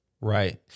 Right